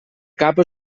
capa